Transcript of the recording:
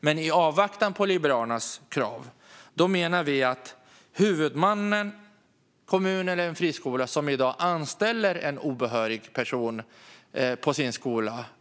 Men i avvaktan på Liberalernas förslag menar vi att det i skollagen ska införas ett krav på huvudmannen - kommunen eller en friskola - som i dag anställer obehörig person på sin skola.